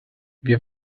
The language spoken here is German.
wir